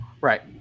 Right